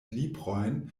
librojn